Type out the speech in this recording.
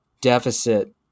deficit